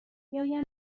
بیایند